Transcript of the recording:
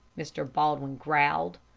mr. baldwin growled.